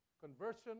Conversion